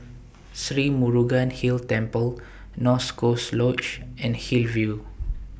Sri Murugan Hill Temple North Coast Lodge and Hillview